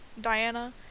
Diana